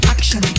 Action